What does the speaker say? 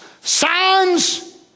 Signs